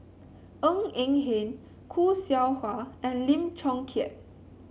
Ng Eng Hen Khoo Seow Hwa and Lim Chong Keat